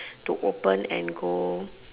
to open and go